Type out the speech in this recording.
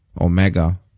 Omega